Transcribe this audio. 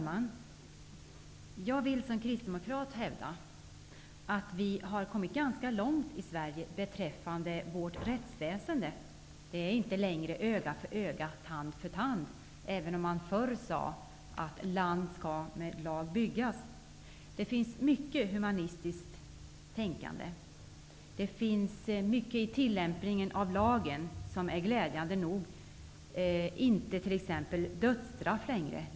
Herr talman! Som kristdemokrat hävdar jag att vi i Sverige har kommit ganska långt beträffande rättsväsendet. Det är inte längre öga för öga, tand för tand som gäller, även om det förr hette att land skall med lag byggas. Det finns mycket av humanistiskt tänkande. Mycket i tillämpningen av lagen gäller dessutom glädjande nog inte längre, t.ex. dödsstraffet.